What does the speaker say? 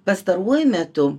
pastaruoju metu